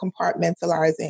compartmentalizing